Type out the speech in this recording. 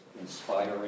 inspiring